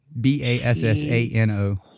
B-A-S-S-A-N-O